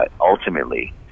ultimately